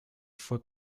fue